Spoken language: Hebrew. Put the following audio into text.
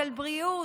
של בריאות,